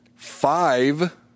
Five